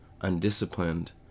undisciplined